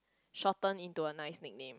shorten into a nice nickname